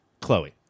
Chloe